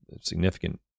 significant